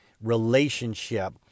relationship